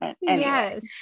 Yes